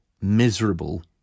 miserable